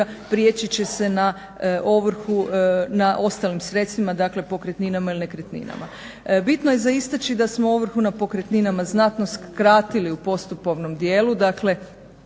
prijeći će se na ovrhu na ostalim sredstvima, dakle pokretninama ili nekretninama. Bitno je za istaći da smo ovrhu na pokretninama znatno skratili u postupovnom dijelu.